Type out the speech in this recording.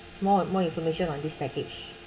more more information on this package